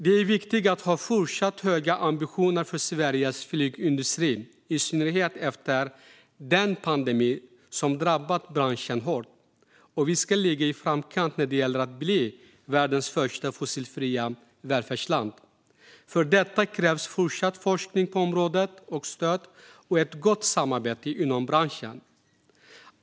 Det är viktigt att ha fortsatt höga ambitioner för Sveriges flygindustri, i synnerhet efter den pandemi som drabbat branschen hårt. Vi ska ligga i framkant när det gäller att bli världens första fossilfria välfärdsland. För detta krävs fortsatt forskning på området, stöd och ett gott samarbete inom branschen.